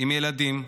עם ילדים,